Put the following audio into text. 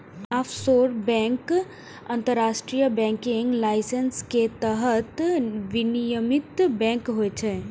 offshore bank अंतरराष्ट्रीय banking licence के तहत विनियमित बैंक होइ छै